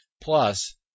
plus